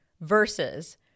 versus